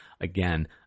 Again